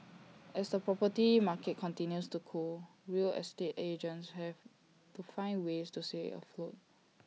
as the property market continues to cool real estate agents have to find ways to stay afloat